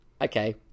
okay